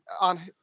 on